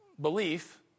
belief